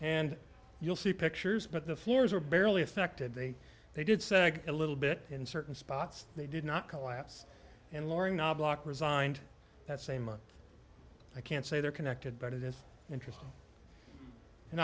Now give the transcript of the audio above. and you'll see pictures but the floors were barely affected they they did sag a little bit in certain spots they did not collapse and lori knoblock resigned that same month i can't say they're connected but it is interesting in